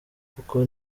kuko